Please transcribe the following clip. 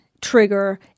trigger